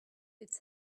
its